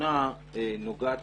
הראשונה נוגעת